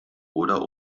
oder